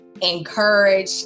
encourage